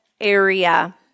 area